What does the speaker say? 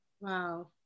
Wow